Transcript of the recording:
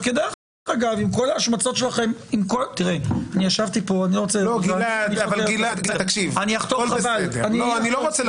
גלעד, אני לא רוצה לקצוב לך זמן.